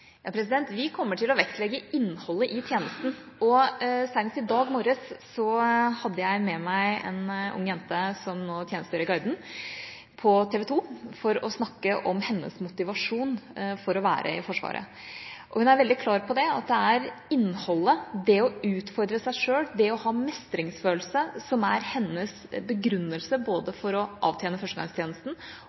morges hadde jeg med meg en ung jente som nå tjenestegjør i Garden, på TV 2 for å snakke om hennes motivasjon for å være i Forsvaret. Hun var veldig klar på at det er innholdet, det å utfordre seg selv, det å ha mestringsfølelse som er hennes begrunnelse for å avtjene førstegangstjenesten